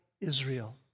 Israel